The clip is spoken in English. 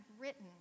written